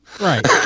right